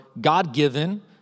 God-given